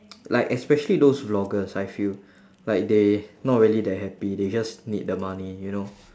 like especially those vloggers I feel like they not really that happy they just need the money you know